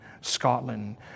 Scotland